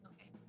Okay